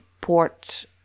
port